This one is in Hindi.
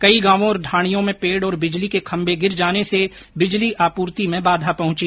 कई गांवों और ढाणियों में पेड और बिजली के खम्मे गिर जाने से बिजली आपूर्ति में बाधा पहुंची